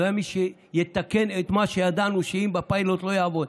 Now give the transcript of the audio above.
לא היה מי שיתקן את מה שידענו שבפיילוט לא יעבוד.